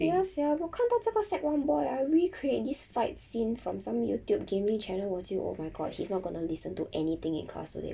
ya sia 我看到这个 sec one boy leh I really create this vibes seen from some youtube gaming channel 我就 oh my god he's not gonna listen to anything in class today